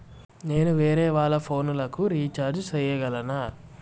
నేను వేరేవాళ్ల ఫోను లకు రీచార్జి సేయగలనా?